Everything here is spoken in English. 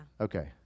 Okay